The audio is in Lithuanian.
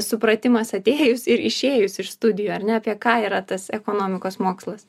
supratimas atėjus ir išėjus iš studijų ar ne apie ką yra tas ekonomikos mokslas